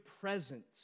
presence